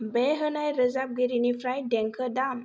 बे होनाय रोजाबगिरिनिफ्राय देंखो दाम